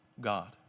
God